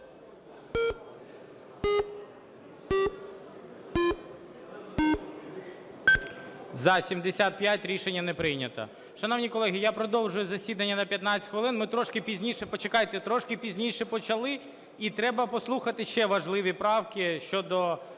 За-75 Рішення не прийнято.